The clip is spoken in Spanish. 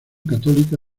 católica